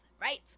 right